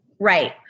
Right